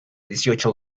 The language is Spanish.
dieciocho